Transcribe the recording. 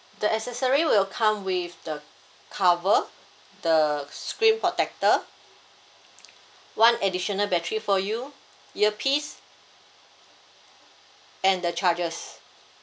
the accessory will come with the cover the screen protector one additional battery for you earpiece and the chargers